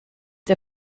der